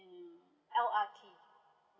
and L_R_T